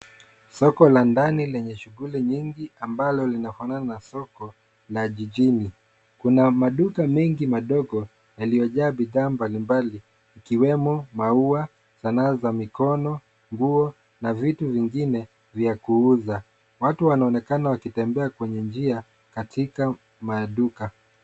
Soko la ndani lenye shughuli nyingi ambalo linafanana na soko la jijini. Kuna maduka mengi madogo yaliojaa bithaa mbalimbali yakiwemo maua, sana za mikono, nguo na vitu vingine vya kuuza. Watu wanaonekana wakitembea kwenye njia katika maduka.